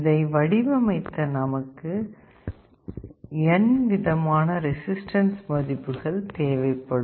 இதை வடிவமைக்க நமக்கு n விதமான ரெசிஸ்டன்ஸ் மதிப்புகள் தேவைப்படும்